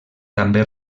també